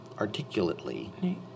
articulately